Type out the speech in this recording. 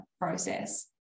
process